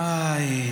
איי,